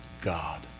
God